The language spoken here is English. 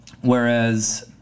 Whereas